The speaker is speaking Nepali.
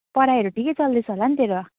पढाइहरू ठिकै चल्दैछ होला नि तेरो